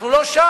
אנחנו לא שם.